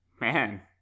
Man